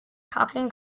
talking